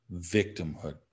victimhood